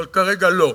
אבל כרגע לא.